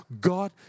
God